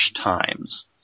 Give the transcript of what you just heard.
Times